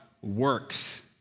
works